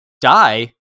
die